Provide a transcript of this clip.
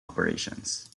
operations